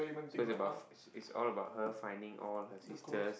so is about f~ is all about her finding all her sisters